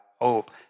hope